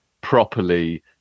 properly